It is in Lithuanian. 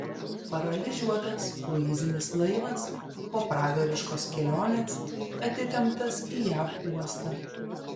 paralyžiuotas kruizinis laivas po pragariškos kelionės atitemptas į jav uostą